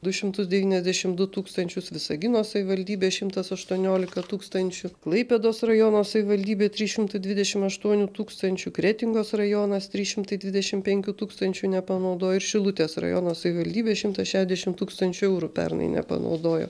du šimtus devyniasdešim du tūkstančius visagino savivaldybė šimtas aštuoniolika tūkstančių klaipėdos rajono savivaldybė trys šimtai dvidešim aštuonių tūkstančių kretingos rajonas trys šimtai dvidešim penkių tūkstančių nepanaudojo ir šilutės rajono savivaldybė šimto šedešim tūkstančių eurų pernai nepanaudojo